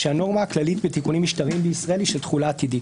שהנורמה הכללית בתיקונים משטריים בישראל היא של תחולה עתידית.